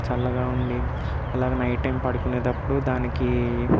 చల్లగా ఉండి అలాగ నైట్ టైం పడుకునేతప్పుడు దానికి